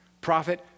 Prophet